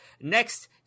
Next